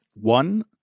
one